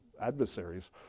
adversaries